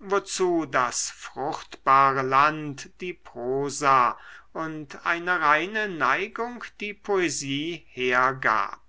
wozu das fruchtbare land die prosa und eine reine neigung die poesie hergab